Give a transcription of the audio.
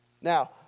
Now